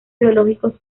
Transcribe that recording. biológicos